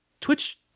Twitch